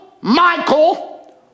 Michael